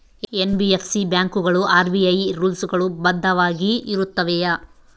NBFC ಬ್ಯಾಂಕುಗಳು RBI rules ಗಳು ಬದ್ಧವಾಗಿ ಇರುತ್ತವೆಯ?